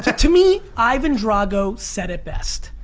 to me, ivan drago said it best.